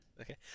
Okay